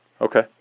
Okay